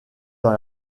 dans